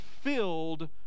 filled